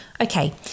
Okay